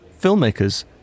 filmmakers